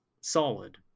solid